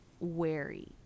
wary